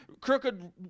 crooked